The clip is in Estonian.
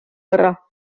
võrra